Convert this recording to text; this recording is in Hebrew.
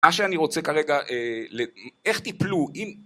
מה שאני רוצה כרגע... איך טיפלו, אם